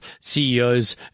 CEOs